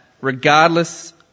regardless